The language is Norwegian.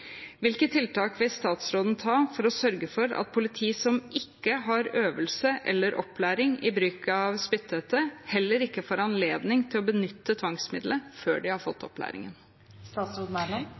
Hvilke tiltak vil statsråden gjøre for å sørge for at politi som ikke har øvelse eller opplæring i bruk av spytthette, heller ikke får anledning til å benytte tvangsmiddelet før de har fått